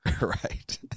Right